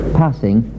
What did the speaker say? passing